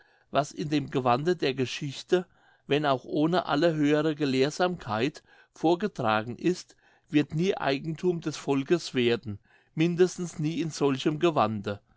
was in dem gewande der geschichte wenn auch ohne alle höhere gelehrsamkeit vorgetragen ist wird nie eigenthum des volkes werden mindestens nie in solchem gewande